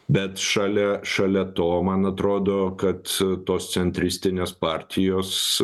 bet šalia šalia to man atrodo kad tos centristinės partijos